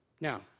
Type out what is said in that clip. Now